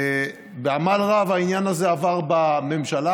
בעמל רב העניין הזה עבר בממשלה.